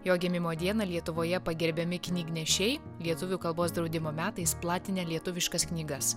jo gimimo dieną lietuvoje pagerbiami knygnešiai lietuvių kalbos draudimo metais platinę lietuviškas knygas